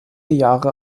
jahre